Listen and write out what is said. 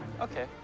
Okay